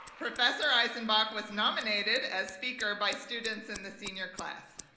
professor eisenbach was nominated as speaker by students in the senior class.